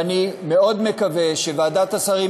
ואני מאוד מקווה שוועדת השרים,